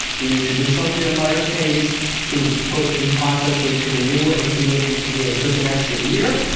we need to do something um about your case to put in process so you can renew it and see if you can get just an extra year,